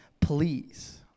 Please